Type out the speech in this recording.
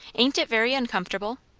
ain't it very uncomfortable?